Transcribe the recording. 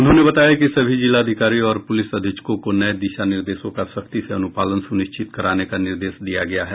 उन्होंने बताया कि सभी जिलाधिकारियों और पुलिस अधीक्षकों को नये दिशा निर्देशों का सख्ती से अनुपालन सुनिश्चित कराने का निर्देश दिया गया है